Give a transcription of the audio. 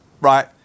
right